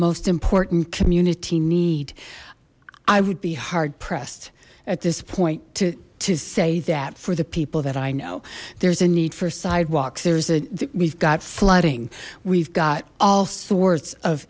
most important community need i would be hard pressed at this point to say that for the people that i know there's a need for sidewalks there's a we've got flooding we've got all sorts of